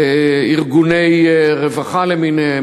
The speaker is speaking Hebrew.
ארגוני רווחה למיניהם,